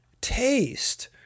taste